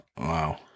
Wow